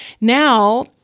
Now